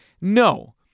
No